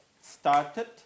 started